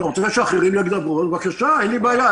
אם אתה רוצה שאחרים ידברו, בבקשה, אין לי בעיה.